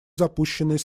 запущенный